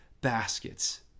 baskets